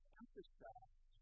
emphasize